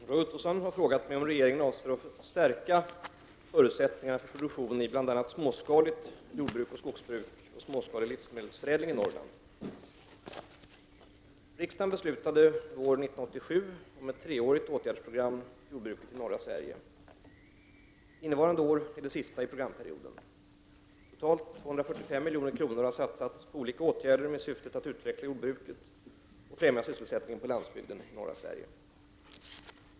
Fru talman! Roy Ottosson har frågat mig om regeringen avser att stärka förutsättningarna för produktion i bl.a. småskaligt jordoch skogsbruk och småskalig livsmedelsförädling i Norrland. bruket i norra Sverige . Innevarande år är det sista i programperioden. Totalt 245 milj.kr. har satsats på olika åtgärder med syftet att utveckla jordbruket och främja sysselsättningen på landsbygden i norra Sverige.